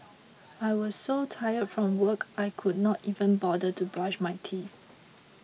I was so tired from work I could not even bother to brush my teeth